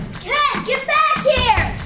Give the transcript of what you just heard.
hey! get back here!